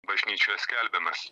bažnyčioje skelbiamas